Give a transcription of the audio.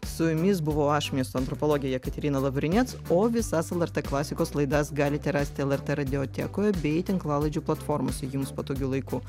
su jumis buvau aš miesto antropologė jekaterina lavriniec o visas lrt klasikos laidas galite rasti lrt radio tekoje bei tinklalaidžių platformose jums patogiu laiku